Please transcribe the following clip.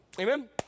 Amen